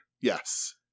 Yes